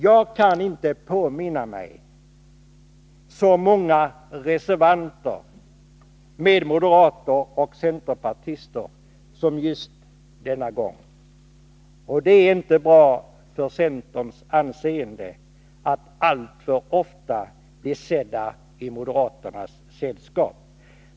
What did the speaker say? Jag kan inte påminna mig att moderater och centerpartister gemensamt har ställt sig bakom så många reservationer som just denna gång. Det är inte bra för centerns anseende att alltför ofta bli sedda i moderaternas sällskap.